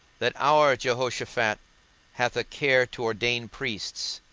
that our jehoshaphat hath a care to ordain priests,